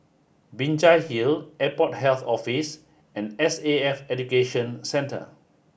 Binjai Hill Airport Health Office and S A F Education Centre